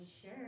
sure